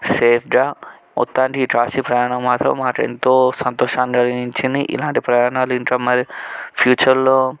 సేఫ్గా మొత్తానికి కాశీ ప్రయాణం మాత్రం మాకెంతో సంతోషాన్ని కలిగించింది ఇలాంటి ప్రాణాలు ఇంకా మరి ఫ్యూచర్లో